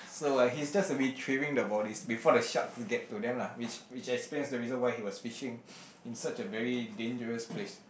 so uh he's just retrieving the bodies before the sharks get to them lah which which explains the reason why he was fishing in such a very dangerous place